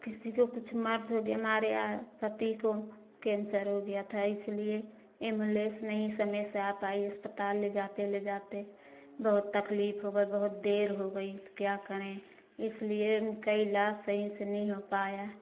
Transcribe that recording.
किसी को कुछ मर्ज़ हो गया मारे आ पति को कैंसर हो गया था इसलिए इमलेस नहीं समय से आ पाए अस्पताल ले जाते ले जाते बहुत तकलीफ़ हो गए बहुत देर हो गई क्या करें इसलिए कई ला सही से नहीं हो पाया